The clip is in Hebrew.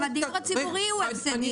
גם הדיור הציבורי הוא הפסדי,